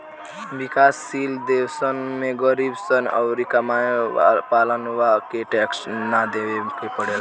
विकाश शील देशवन में गरीब सन अउरी कमाए वालन के टैक्स ना देवे के पड़ेला